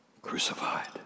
crucified